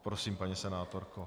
Prosím, paní senátorko.